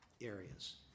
areas